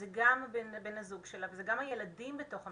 זה גם בן הזוג שלה, זה גם הילדים בתוך המשפחה.